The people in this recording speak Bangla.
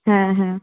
হ্যাঁ হ্যাঁ